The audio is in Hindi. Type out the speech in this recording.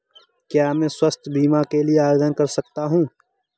क्या मैं स्वास्थ्य बीमा के लिए आवेदन कर सकता हूँ?